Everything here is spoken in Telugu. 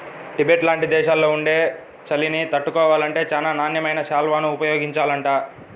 టిబెట్ లాంటి దేశాల్లో ఉండే చలిని తట్టుకోవాలంటే చానా నాణ్యమైన శాల్వాలను ఉపయోగించాలంట